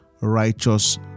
righteous